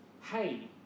hey